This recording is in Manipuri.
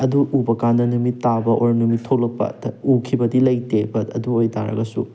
ꯑꯗꯨ ꯎꯕ ꯀꯥꯟꯗ ꯅꯨꯃꯤꯠ ꯇꯥꯕ ꯑꯣꯔ ꯅꯨꯃꯤꯠ ꯊꯣꯛꯂꯛꯄ ꯎꯈꯤꯕꯗꯤ ꯂꯩꯇꯦ ꯕꯠ ꯑꯗꯨ ꯑꯣꯏ ꯇꯥꯔꯒꯁꯨ